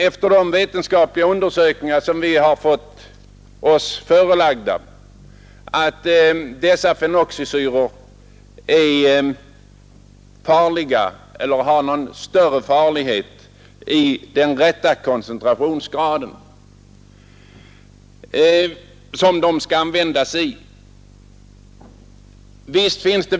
Efter de vetenskapliga undersökningar som vi fått oss förelagda tror vi inte att fenoxisyror är farliga — eller av någon större farlighet, i den koncentrationsgrad som de skall användas i.